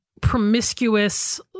promiscuous